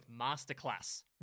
Masterclass